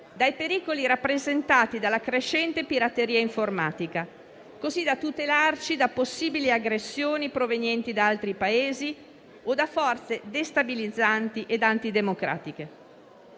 dai pericoli rappresentati dalla crescente pirateria informatica, così da tutelarci da possibili aggressioni provenienti da altri Paesi o da forze destabilizzanti e antidemocratiche.